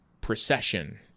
procession